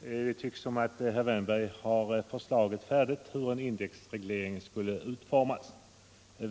Det tycks som om herr Wärnberg skulle ha förslaget färdigt till hur en indexreglering skall utformas.